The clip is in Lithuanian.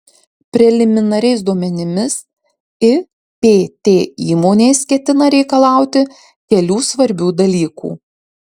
preliminariais duomenimis ipt įmonės ketina reikalauti kelių svarbių dalykų